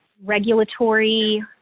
regulatory